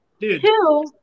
two